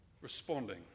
responding